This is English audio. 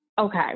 Okay